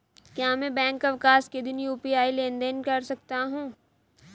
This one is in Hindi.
क्या मैं बैंक अवकाश के दिन यू.पी.आई लेनदेन कर सकता हूँ?